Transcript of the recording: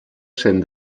cent